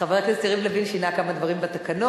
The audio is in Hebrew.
חבר הכנסת יריב לוין שינה כמה דברים בתקנון,